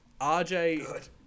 RJ